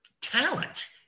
talent